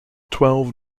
twelve